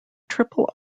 triple